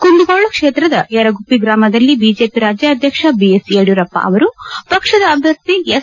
ಕುಂದಗೋಳ ಕ್ಷೇತ್ರದ ಯರಗುಪ್ಪಿ ಗ್ರಾಮದಲ್ಲಿ ಬಿಜೆಪಿ ರಾಜ್ಯಾಧ್ವಕ್ಷ ಬಿಎಸ್ ಯಡಿಯೂರಪ್ಪ ಅವರು ಪಕ್ಷದ ಅಧ್ಯರ್ಥಿ ಎಸ್